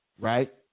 right